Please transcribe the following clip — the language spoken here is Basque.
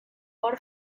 hor